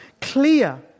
clear